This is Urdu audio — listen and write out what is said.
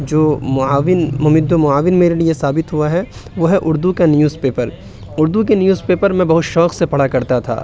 جو معاون ممد و معاون میرے لیے ثابت ہوا ہے وہ ہے اردو کا نیوز پیپر اردو کے نیوز پیپر میں بہت شوق سے پڑھا کرتا تھا